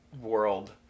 world